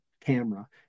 camera